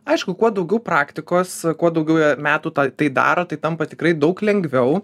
aišku kuo daugiau praktikos kuo daugiau metų tai daro tai tampa tikrai daug lengviau